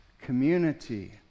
Community